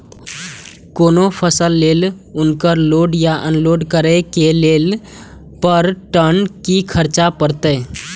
कोनो फसल के लेल उनकर लोड या अनलोड करे के लेल पर टन कि खर्च परत?